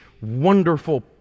wonderful